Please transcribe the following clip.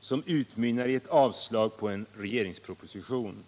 som utmynnar i ett yrkande om avslag på en regeringsproposition.